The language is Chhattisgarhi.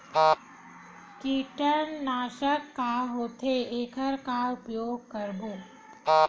कीटनाशक का होथे एखर का उपयोग करबो?